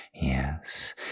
Yes